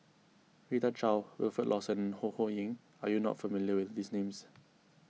Rita Chao Wilfed Lawson and Ho Ho Ying are you not familiar with these names